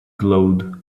glowed